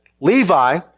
Levi